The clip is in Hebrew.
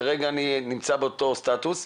כרגע אני נמצא באותו סטטוס.